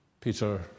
Peter